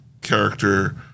character